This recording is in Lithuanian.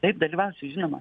taip dalyvausiu žinoma